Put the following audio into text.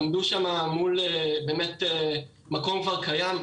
עמדו שם מול מקום כבר קיים,